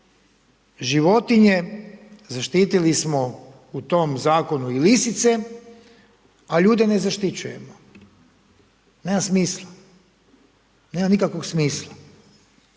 životinje, zaštitili smo u tom zakonu i lisice, a ljude ne zaštićujemo, nema smisla, nema nikakvog smisla.